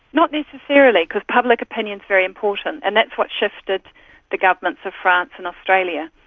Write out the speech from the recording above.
not necessarily because public opinion is very important, and that's what shifted the governments of france and australia.